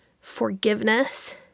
forgiveness